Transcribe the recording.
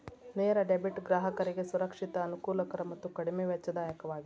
ನೇರ ಡೆಬಿಟ್ ಗ್ರಾಹಕರಿಗೆ ಸುರಕ್ಷಿತ, ಅನುಕೂಲಕರ ಮತ್ತು ಕಡಿಮೆ ವೆಚ್ಚದಾಯಕವಾಗಿದೆ